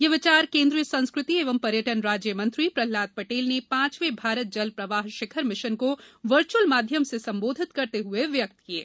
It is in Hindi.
यह विचार केन्द्रीय संस्कृति एवं पर्यटन राज्य मंत्री प्रहलाद पटेल ने पांचवें भारत जल प्रवाह शिखर मिशन को वर्चुअल माध्यम से संबोधित करते हुए व्यक्त किये